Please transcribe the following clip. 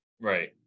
Right